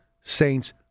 Saints